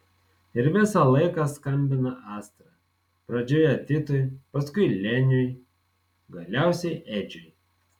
ir visą laiką skambina astra pradžioje titui paskui leniui galiausiai edžiui